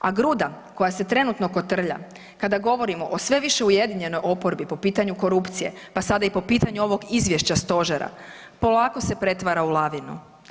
A gruda koja se trenutno kotrlja kada govorimo o sve više ujedinjenoj oporbi po pitanju korupcije, pa sada i po pitanju ovog Izvješća Stožera polako se pretvara u lavinu.